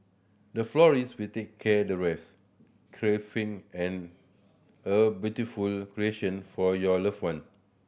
the florist will take care the rest a beautiful creation for your loved one